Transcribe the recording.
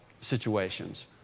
situations